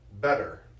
better